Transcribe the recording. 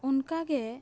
ᱚᱱᱠᱟ ᱜᱮ